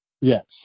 Yes